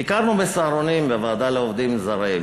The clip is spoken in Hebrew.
ביקרנו ב"סהרונים",